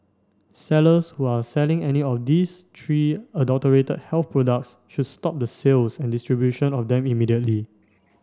sellers who are selling any of these three adulterated health products should stop the sales and distribution of them immediately